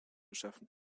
schaffen